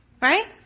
right